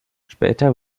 später